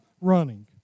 running